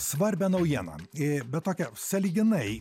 svarbią naujieną iii bet tokią sąlyginai